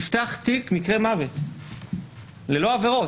נפתח תיק מקרה מוות ללא עבירות.